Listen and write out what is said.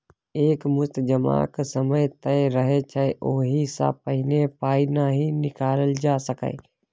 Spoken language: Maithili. एक मुस्त जमाक समय तय रहय छै ओहि सँ पहिने पाइ नहि निकालल जा सकैए